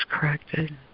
corrected